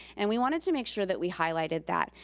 and we wanted to make sure that we highlighted that.